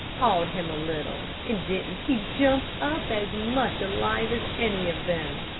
pawed him a little, and didn't he jump up as much alive as any of them?